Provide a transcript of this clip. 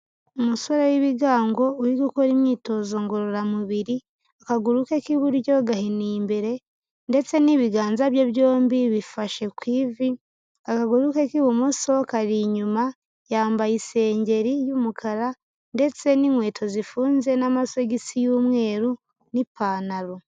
Umusore w'ibigango uri gukora imyitozo ngororamubiri, akaguru ke k'iburyo gahiniye imbere ndetse n'ibiganza bye byombi bifashe ku ivi, akaguru ke k'ibumoso kari inyuma yambaye isengeri y'umukara ndetse n'inkweto zifunze n'amasogisi y'umweru n'ipantaro.